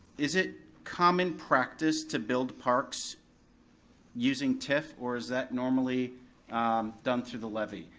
is it common practice to build parks using tiff, or is that normally done through the levy?